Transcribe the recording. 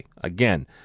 again